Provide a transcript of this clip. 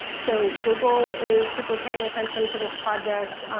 so, google is super paying attention to this project.